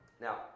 Now